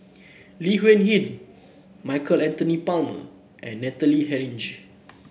Lee Huei Min Michael Anthony Palmer and Natalie Hennedige